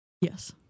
Yes